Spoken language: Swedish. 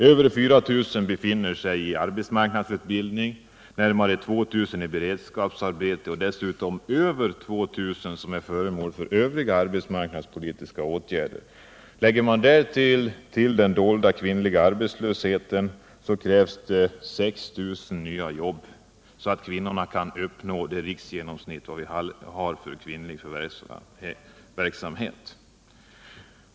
Över 4 000 befinner sig i arbetsmarknadsutbildning, närmare 2000 i beredskapsarbete och dessutom är över 2 000 föremål för övriga arbetsmarknadspolitiska åtgärder. Lägg därtill den dolda kvinnliga arbetslösheten. Det krävs 6 000 nya jobb för att kvinnorna skall kunna uppnå riksgenomsnittet för kvinnlig förvärvsverksamhet.